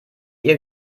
ihr